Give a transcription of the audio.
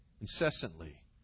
incessantly